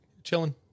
chilling